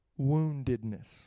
Woundedness